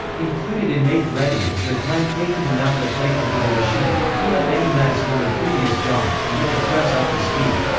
included in make-ready is the time taken to mount the plate onto the machine, clean up any mess from the previous job, and get the press up to speed.